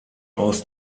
aus